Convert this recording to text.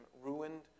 ruined